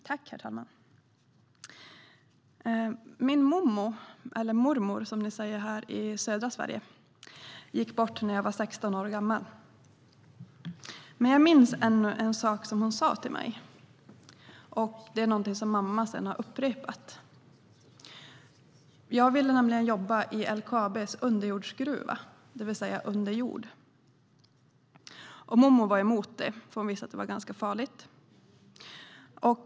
Herr talman! Min mommo, eller mormor som ni säger här i södra Sverige, gick bort när jag var 16 år gammal. Men jag minns ännu en sak som hon sa till mig. Det är någonting som mamma sedan har upprepat. Jag ville nämligen jobba i LKAB:s underjordsgruva, det vill säga under jord. Mommo var emot det, för hon visste att det var ganska farligt.